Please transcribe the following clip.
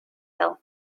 hill